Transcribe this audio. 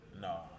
No